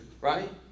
right